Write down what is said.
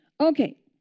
Okay